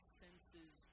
senses